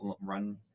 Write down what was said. run